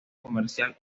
comercial